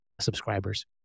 subscribers